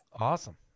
Awesome